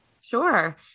Sure